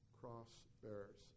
Cross-bearers